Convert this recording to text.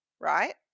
right